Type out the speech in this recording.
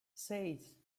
seis